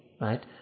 right